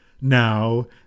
Now